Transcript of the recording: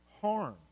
harm